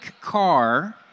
car